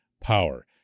power